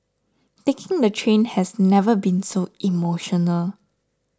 taking the train has never been so emotional